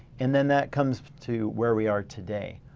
and then that comes to where we are today.